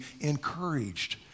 encouraged